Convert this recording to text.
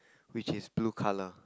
which is blue colour